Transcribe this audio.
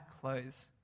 clothes